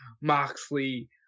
Moxley